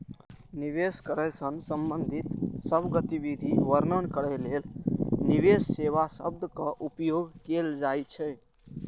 निवेश करै सं संबंधित सब गतिविधि वर्णन करै लेल निवेश सेवा शब्दक उपयोग कैल जाइ छै